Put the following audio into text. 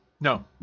No